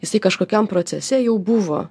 jisai kažkokiam procese jau buvo